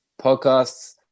podcasts